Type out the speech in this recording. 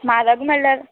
म्हारग म्हणल्यार